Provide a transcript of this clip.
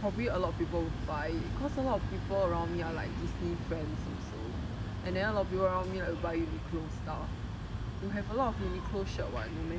probably a lot of people buy it cause a lot of people around me are like disney fans also and then a lot of people around me like to buy uniqlo stuff you have a lot of uniqlo shirt [what] no meh